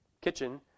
kitchen